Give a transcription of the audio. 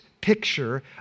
picture